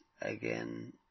again